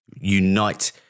unite